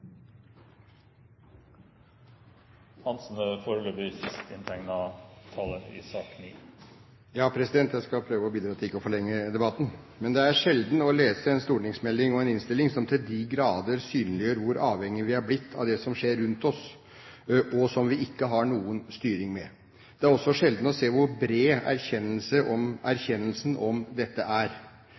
Jeg skal prøve ikke å bidra til å forlenge debatten. Det er sjelden å lese en stortingsmelding og en innstilling som til de grader synliggjør hvor avhengige vi er blitt av det som skjer rundt oss, og som vi ikke har noen styring med. Det er også sjelden å se hvor bred erkjennelsen av dette er.